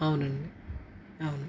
అవునండీ అవును